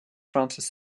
francis